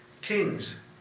Kings